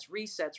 resets